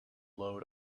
load